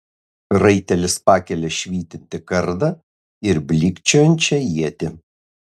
raitelis pakelia švytintį kardą ir blykčiojančią ietį